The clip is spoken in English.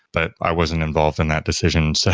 but i wasn't involved in that decision. so